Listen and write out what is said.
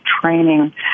training